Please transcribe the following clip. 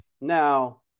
Now